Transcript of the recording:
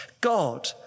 God